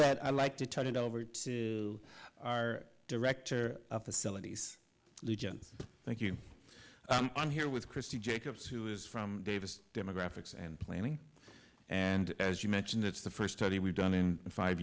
that i'd like to turn it over to our director of the celebes legions thank you i'm here with christy jacobs who is from davis demographics and planning and as you mentioned it's the first study we've done in five